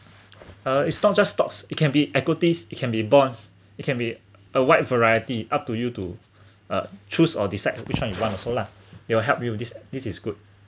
err is not just stocks it can be equities it can be bonds it can be a wide variety up to you uh choose or decide which one you want also lah they will help you with this this is good